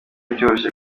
byoroshye